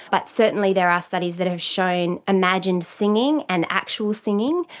but certainly there are studies that have shown imagined singing and actual singing.